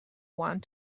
want